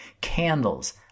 candles